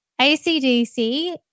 ACDC